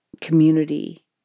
community